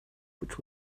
which